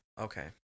Okay